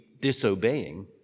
disobeying